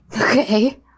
Okay